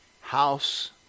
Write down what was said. House